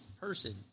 person